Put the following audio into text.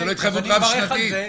אבל זו לא התחייבות רב שנתית.